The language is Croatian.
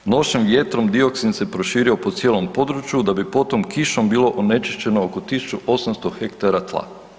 Nošen vjetrom dioksin se proširio po cijelom području, da bi potom kišom bilo onečišćeno oko 1 800 ha tla.